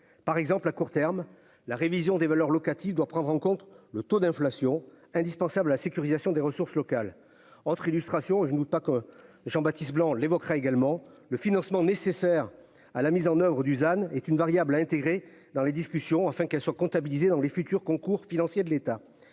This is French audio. par exemple, à court terme, la révision des valeurs locatives doit prendre en compte le taux d'inflation indispensable à la sécurisation des ressources locales entre illustration : je ne veux pas que Jean Baptiste blanc l'évoquera également le financement nécessaire à la mise en oeuvre, Dusan est une variable à intégrer dans les discussions afin qu'elles soient comptabilisées dans les futurs concours financier de l'État